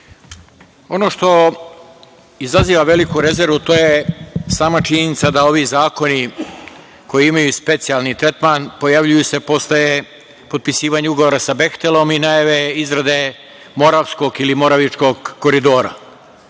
Ono što izaziva veliku rezervu, to je sama činjenica da ovi zakoni, koji imaju i specijalni tretman pojavljuju se postaje, potpisivanje ugovora sa „Behtelom“ i najave izrade Moravičkog koridora.